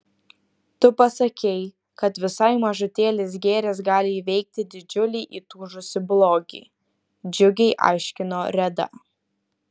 tu pasakei kad visai mažutėlis gėris gali įveikti didžiulį įtūžusį blogį džiugiai aiškino reda